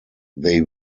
they